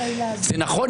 זה נכון,